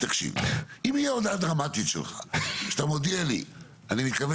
אם יש הודעה דרמטית שלך שאתה מודיע לי שאתה מתכוון